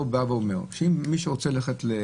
למה שם אתם לא באים ואומרים שמי שרוצה ללכת למסעדה,